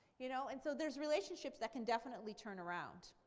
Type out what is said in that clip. you know and so there's relationships that can definitely turn around.